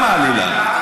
זאת עלילה.